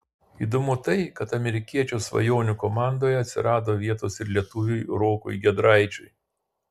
įdomu tai kad amerikiečio svajonių komandoje atsirado vietos ir lietuviui rokui giedraičiui